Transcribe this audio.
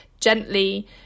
gently